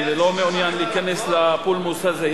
אני לא מעוניין להיכנס לפולמוס הזה.